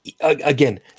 again